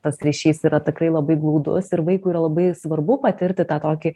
tas ryšys yra tikrai labai glaudus ir vaikui yra labai svarbu patirti tą tokį